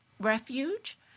refuge